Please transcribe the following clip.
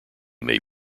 may